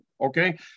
Okay